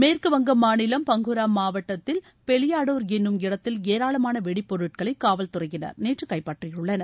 மேற்கு வங்க மாநிலம் பங்குரா மாவட்டத்தில் பெலியாடோர் என்னும் இடத்தில் ஏராளமான வெடிப்பொருட்களை காவல் துறையினர் நேற்று கைப்பற்றியுள்ளனர்